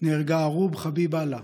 נהרגה עורוב חביב אללה,